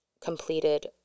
Completed